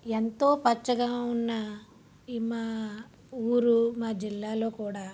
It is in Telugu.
ఎంతో పచ్చగా ఉన్న ఈ మా ఊరు మా జిల్లాలో కూడా